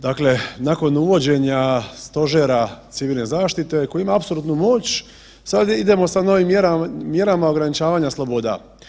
Dakle, nakon uvođenja stožera civilne zaštite koji ima apsolutnu moć sad idemo sa novim mjerama ograničavanja sloboda.